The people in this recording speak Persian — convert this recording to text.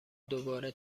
دوباره